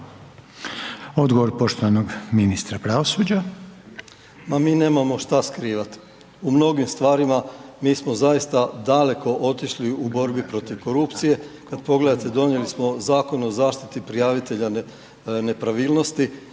**Bošnjaković, Dražen (HDZ)** Pa mi nemamo šta skrivat. U mnogim stvarima mi smo zaista daleko otišli u borbi protiv korupcije. Kad pogledate donijeli smo Zakon o zaštiti prijavitelja nepravilnosti